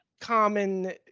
common